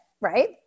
right